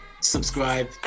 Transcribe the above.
subscribe